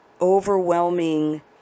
overwhelming